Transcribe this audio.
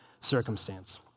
circumstance